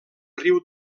riu